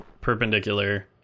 perpendicular